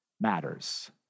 matters